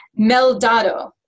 meldado